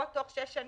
או תוך שש שנים...